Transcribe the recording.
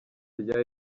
rya